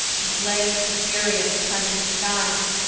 and blames the fury of inclement skies,